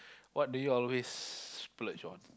what do you always splurge on